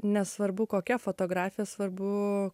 nesvarbu kokia fotografija svarbu